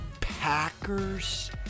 Packers